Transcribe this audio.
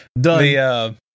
Done